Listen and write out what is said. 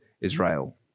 Israel